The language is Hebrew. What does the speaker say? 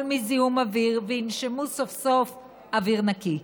מזיהום אוויר וינשמו סוף-סוף אוויר נקי.